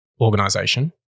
organization